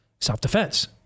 Self-defense